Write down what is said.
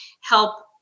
help